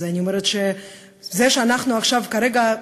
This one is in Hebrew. אז אני אומרת שזה שאנחנו כרגע,